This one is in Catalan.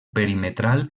perimetral